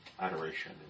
Adoration